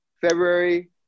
February